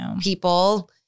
people